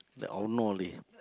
the Ono leh